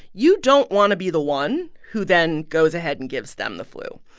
you don't want to be the one who then goes ahead and gives them the flu.